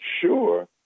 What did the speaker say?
sure